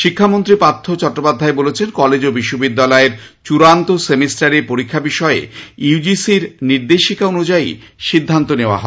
শিক্ষামন্ত্রী পার্থ চট্টোপাধ্যায় বলেছেন কলেজ ও বিশ্ববিদ্যালয়ের চুড়ান্ত সেমিস্টারের পরীক্ষা বিষয়ে ইউজিসির নির্দেশিকা অনুযায়ী সিদ্ধান্ত নেওয়া হবে